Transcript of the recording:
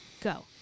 Go